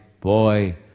boy